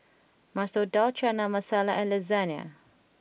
Masoor Dal Chana Masala and Lasagne